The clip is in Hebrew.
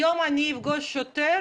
אם היום אני אפגוש שוטר,